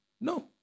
No